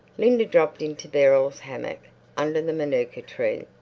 linda dropped into beryl's hammock under the manuka-tree,